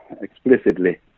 explicitly